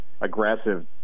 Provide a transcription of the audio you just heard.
aggressive